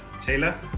Taylor